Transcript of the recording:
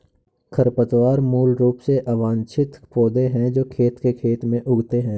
खरपतवार मूल रूप से अवांछित पौधे हैं जो खेत के खेत में उगते हैं